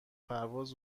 پرواز